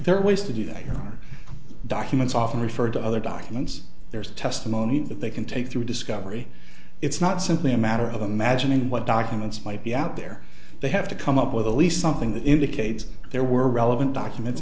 there are ways to do that here are documents often referred to other documents there's testimony that they can take through discovery it's not simply a matter of imagining what documents might be out there they have to come up with a least something that indicates there were relevant documents